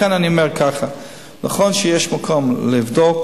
לכן אני אומר ככה: נכון שיש מקום לבדוק,